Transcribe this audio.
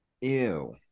Ew